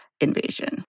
invasion